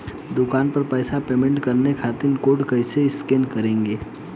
दूकान पर पैसा पेमेंट करे खातिर कोड कैसे स्कैन करेम?